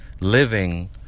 living